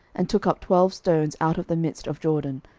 and took up twelve stones out of the midst of jordan,